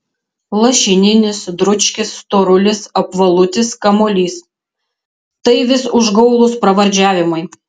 lašininis dručkis storulis apvalutis kamuolys tai vis užgaulūs pravardžiavimai